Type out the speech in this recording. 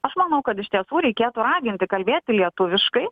aš manau kad iš tiesų reikėtų raginti kalbėti lietuviškai